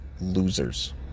losers